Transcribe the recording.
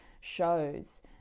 shows